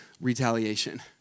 retaliation